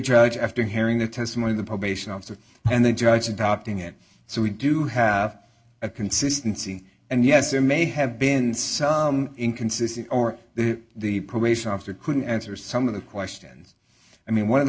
judge after hearing the testimony of the probation officer and the judge adopting it so we do have a consistency and yes it may have been inconsistent or the probation officer couldn't answer some of the questions i mean one of the